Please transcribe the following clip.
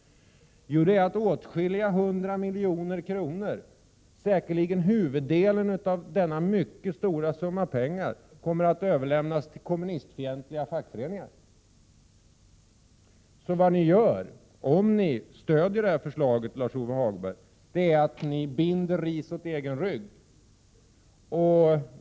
Jo, huvuddelen av denna mycket stora summa pengar, åtskilliga hundra miljoner, kommer säkerligen att överlämnas till kommunistfientliga fackföreningar. Vad ni gör om ni stöder förslaget, Lars-Ove Hagberg, är att ni binder ris åt egen rygg.